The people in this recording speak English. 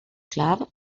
club